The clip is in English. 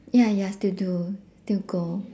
ya ya still do still go